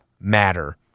matter